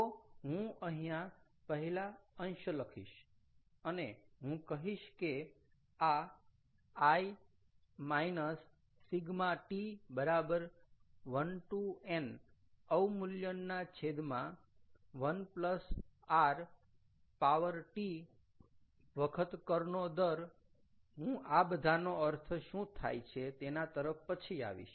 તો હું અહીંયા પહેલા અંશ લખીશ અને હું કહીશ કે આ I Ʃ t 1 to n અવમૂલ્યનના છેદમાં 1 rt વખત કરનો દર હું આ બધાનો અર્થ શું થાય છે એના તરફ પછી આવીશ